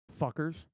Fuckers